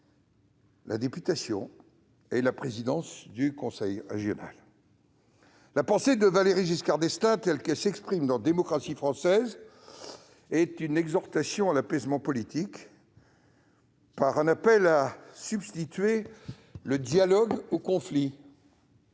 la députation et la présidence du conseil régional. La pensée de Valéry Giscard d'Estaing, telle qu'elle s'exprime dans, est une exhortation à l'apaisement politique, un appel à substituer le dialogue au conflit,